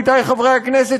עמיתי חברי הכנסת,